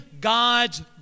God's